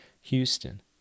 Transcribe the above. Houston